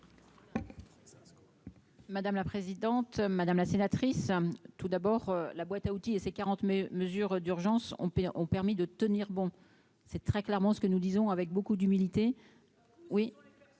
Madame la présidente, madame la sénatrice tout d'abord, la boîte à outils et ses quarante, mais d'urgence, on paye ont permis de tenir bon, c'est très clairement ce que nous disons avec beaucoup d'humilité,